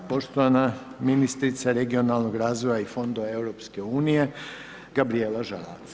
Poštovana ministrica regionalnog razvoja i Fondova EU, Gabrijela Žalac.